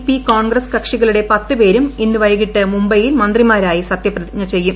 P Congress കക്ഷികളുടെ പത്ത് പേരും ഇന്ന് വൈകിട്ട് മുംബൈയിൽ മന്ത്രിമാരായി സത്യപ്രതിജ്ഞ ചെയ്യും